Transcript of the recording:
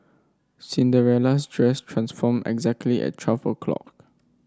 Cinderella's dress transformed exactly at twelve o'clock